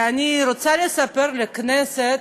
אני רוצה לספר לכנסת